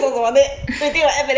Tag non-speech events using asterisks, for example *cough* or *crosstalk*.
*laughs*